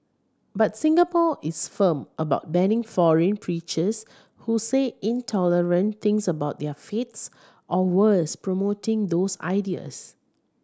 but Singapore is firm about banning foreign preachers who say intolerant things about their faiths or worse promoting those ideas